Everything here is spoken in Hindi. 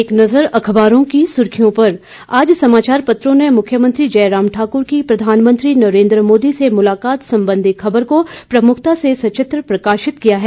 एक नज़र अखबारों की सुर्खियों पर आज समाचार पत्रों ने मुख्यमंत्री जयराम ठाक्र की प्रधानमंत्री नरेंद्र मोदी से मुलाकात संबंधी खबर को प्रमुखता से सचित्र प्रकाशित किया है